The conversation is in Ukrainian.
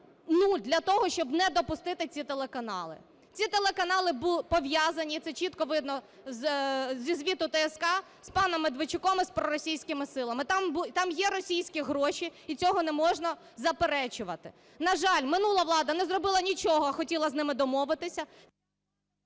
нуль для того, щоб не допустити ці телеканали. Ці телеканали пов'язані, це чітко видно зі звіту ТСК, з паном Медведчуком і з проросійськими силами. Там є російські гроші, і цього не можна заперечувати. На жаль, минула влада не зробила нічого, а хотіла з ними домовитися...